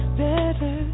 better